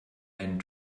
einen